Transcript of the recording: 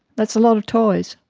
that's a lot of toys.